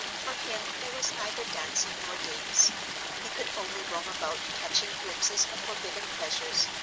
for him there was neither dancing nor games he could only roam about catching glimpses of forbidden pleasures,